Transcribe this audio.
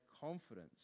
confidence